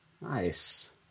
Nice